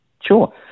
Sure